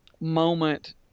moment